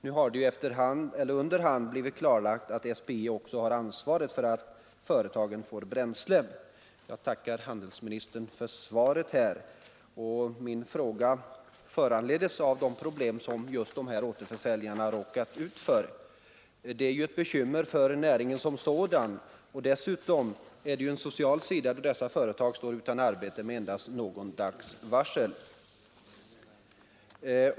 Nu har det under hand blivit klarlagt att SPI också har ansvaret för att företagen får bränsle. Jag tackar handelsministern för svaret. Min fråga föranleddes just av det problem som de lokala återförsäljarna har råkat ut för. Att oljeleveranserna inställs är ett bekymmer för näringen som sådan, och dessutom har det en social sida, när dessa företag ställs utan arbete med endast någon dags varsel.